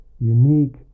unique